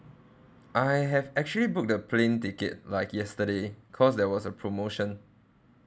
I have actually book the plane ticket like yesterday cause there was a promotion